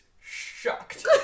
shocked